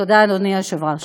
תודה, אדוני היושב-ראש.